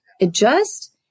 adjust